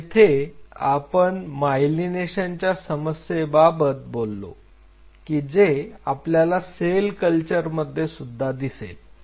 तर येथे आपण मायलिनेशनच्या समस्येबाबत बोललो की जे आपल्याला सेल कल्चरमध्ये सुद्धा दिसेल